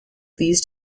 these